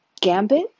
Gambit